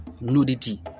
Nudity